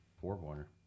four-pointer